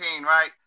right